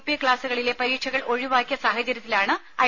P ക്കാസുകളിലെ പരീക്ഷകൾ ഒഴിവാക്കിയ സാഹചര്യത്തിലാണ് ഐ